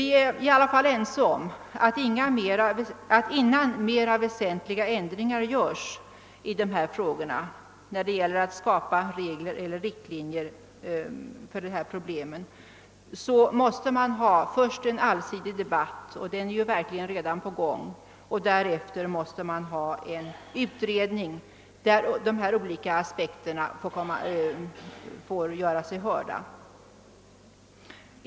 Vi är i alla fall ense om att man innan mera väsentliga åtgärder vidtas för att skapa ändrade regler eller riktlinjer måste få till stånd en allsidig debatt, och den är ju verkligen redan i gång. Därefter behövs en utredning, där olika synpunkter får göra sig hörda.